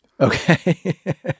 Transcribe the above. Okay